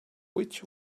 which